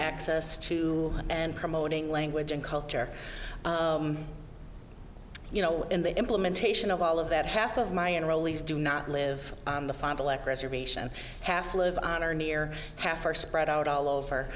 access to and promoting language and culture you know in the implementation of all of that half of my enrollees do not live on the final act reservation half live on or near half are spread out all over